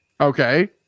Okay